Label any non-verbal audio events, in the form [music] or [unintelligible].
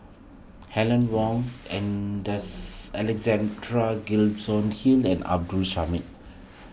Helen Wong and [unintelligible] Alexander Gibson Hill and Abdul Samad